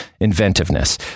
inventiveness